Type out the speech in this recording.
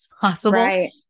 possible